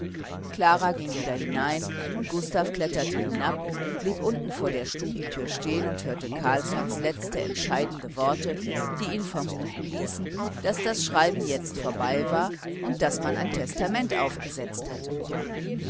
klara ging wieder hinein und gustav kletterte hinab blieb unten vor der stubentür stehen und hörte carlssons letzte entscheidende worte die ihn vermuten ließen daß das schreiben jetzt vorbei war und daß man ein testament aufgesetzt hatte